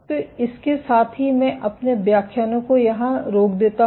तो इसके साथ ही मैं अपने व्याख्यानों को यहां रोक देता हूं